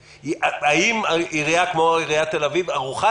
האם עירייה כמו עיריית תל אביב ערוכה